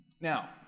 Now